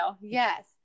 Yes